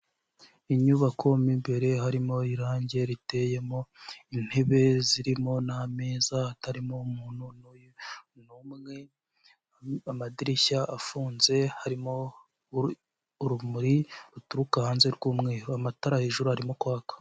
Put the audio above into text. Inyubako mo imbere harimo irangi riteyemo, intebe zirimo n'ameza hatarimo umuntu, amadirishya afunze harimo urumuri ruturuka hanze rw'umweru, amatara hejuru arimo kwaka.